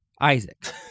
Isaac